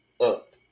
up